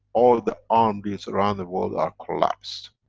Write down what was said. all the armies around the world are collapsed.